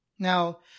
Now